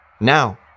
Now